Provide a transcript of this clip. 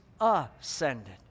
ascended